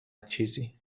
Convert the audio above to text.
چیزی